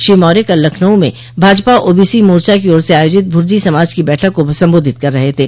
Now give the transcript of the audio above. श्री मौर्य कल लखनऊ में भाजपा ओबीसी मोर्चा की ओर से आयोजित भुर्जी समाज की बैठक को संबोधित कर रहे थे